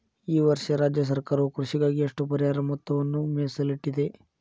ಈ ವರ್ಷ ರಾಜ್ಯ ಸರ್ಕಾರವು ಕೃಷಿಗಾಗಿ ಎಷ್ಟು ಪರಿಹಾರ ಮೊತ್ತವನ್ನು ಮೇಸಲಿಟ್ಟಿದೆ?